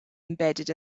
embedded